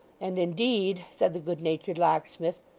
and indeed said the good-natured locksmith,